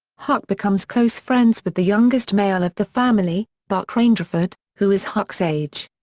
huck becomes close friends with the youngest male of the family, buck grangerford, who is huck's age.